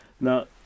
Now